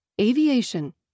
Aviation